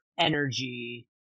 energy